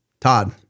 Todd